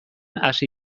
hasi